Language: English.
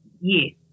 Yes